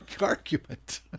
argument